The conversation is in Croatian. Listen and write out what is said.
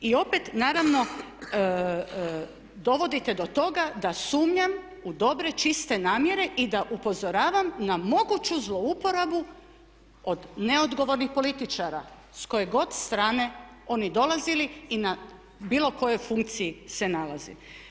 I opet naravno dovodite do toga da sumnjam u dobre čiste namjere i da upozoravam na moguću zlouporabu od neodgovornih političara s koje god strane oni dolazili i na bilo kojoj funkciji se nalazi.